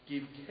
Give